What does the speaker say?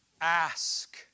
Ask